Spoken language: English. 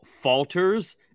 falters